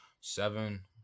Seven